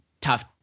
tough